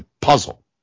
puzzle